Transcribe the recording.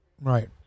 Right